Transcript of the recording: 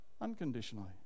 unconditionally